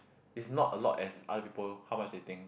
is not a lot as other people how much they think